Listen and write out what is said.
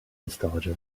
nostalgia